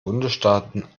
bundesstaaten